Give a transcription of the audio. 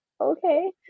okay